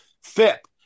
FIP